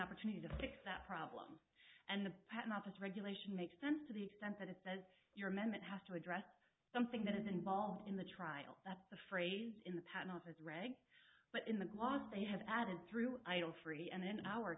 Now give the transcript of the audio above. opportunity to fix that problem and the patent office regulation makes sense to the extent that it says you're amendment has to address something that is involved in the trial that's the phrase in the patent office reg but in the gloss they have added through item free and in our